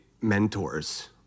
mentors